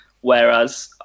whereas